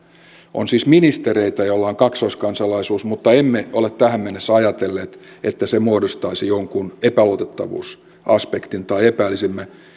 on siis ministereitä joilla on kaksoiskansalaisuus mutta emme ole tähän mennessä ajatelleet että se muodostaisi jonkun epäluotettavuusaspektin tai epäilisimme